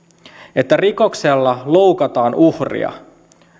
että rikoksella loukataan uhria